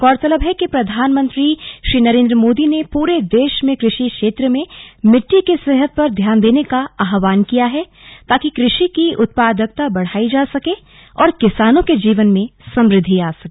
गौरतलब है कि प्रधानमंत्री श्री नरेन्द्र मोदी ने पूरे देश में कृषि क्षेत्र में मिट्टी की सेहत पर ध्यान देने का आहवान किया है ताकि कृषि की उत्पादकता बढ़ाई जा सके और किसानों के जीवन में समृद्धि आ सके